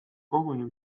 koguni